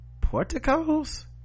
Porticos